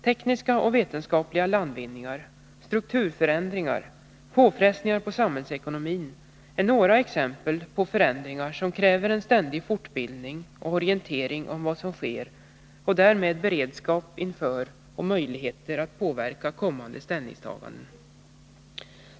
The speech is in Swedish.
Tekniska och vetenskapliga landvinningar, strukturförändringar och påfrestningar på samhällsekonomin är några exempel på förändringar som kräver en ständig fortbildning och orientering om vad som sker och därmed beredskap inför och möjligheter att påverka kommande ställningstaganden.